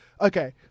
Okay